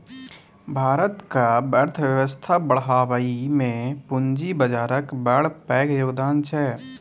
भारतक अर्थबेबस्था बढ़ाबइ मे पूंजी बजारक बड़ पैघ योगदान छै